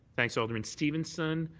thanks, alderman stevenson.